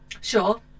Sure